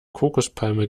kokospalme